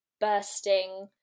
bursting